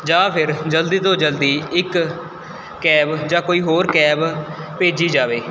ਜਾਂ ਫਿਰ ਜਲਦੀ ਤੋਂ ਜਲਦੀ ਇੱਕ ਕੈਬ ਜਾਂ ਕੋਈ ਹੋਰ ਕੈਬ ਭੇਜੀ ਜਾਵੇ